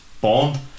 bond